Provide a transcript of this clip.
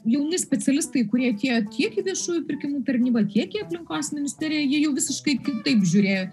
jauni specialistai kurie atėjo tiek į viešųjų pirkimų tarnybą tkiek į aplinkos ministeriją jie jau visiškai kitaip žiūrėjo